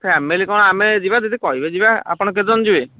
family କ'ଣ ଆମେ ଯିବା ଯଦି କହିବେ ଯିବା ଆପଣ କେତେ ଜଣ ଯିବେ